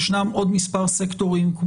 ישנם עוד מספר סקטורים,